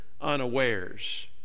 unawares